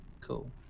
Cool